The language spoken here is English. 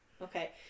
Okay